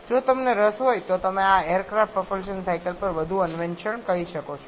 જો તમને રસ હોય તો તમે આ એરક્રાફ્ટ પ્રપલ્શન સાયકલ પર વધુ અન્વેષણ કરી શકો છો